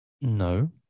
No